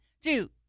two